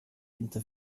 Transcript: inte